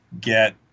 get